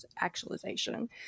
actualization